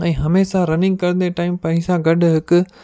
ऐं हमेशा रनिंग कंदे टाइम पाण सां गॾु हिकु